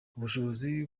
ubushobozi